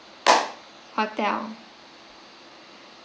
hotel